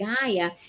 Gaia